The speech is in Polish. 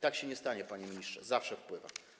Tak się nie stanie, panie ministrze - zawsze wpływa.